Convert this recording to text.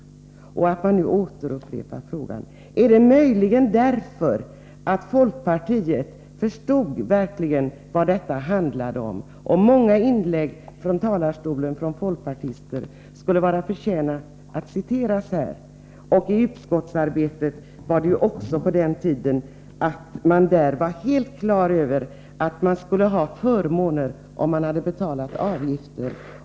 Och varför upprepar man nu frågan? Är det möjligen därför att folkpartiet verkligen förstod vad detta handlar om? Många inlägg från denna talarstol av folkpartister skulle förtjäna att citeras här. Också i utskottet var man på den tiden på det klara med att man skulle ha förmåner om man betalat avgifter.